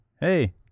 Hey